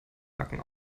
backen